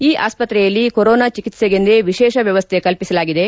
ಈ ಆಸ್ಪತ್ರೆಯಲ್ಲಿ ಕೊರೊನಾ ಚಿಕಿತ್ಸೆಗೆಂದೇ ವಿಶೇಷ ವ್ಯವಸ್ಥೆ ಕಲ್ಪಿಸಲಾಗಿದೆ